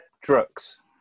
Drugs